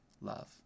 love